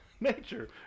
Nature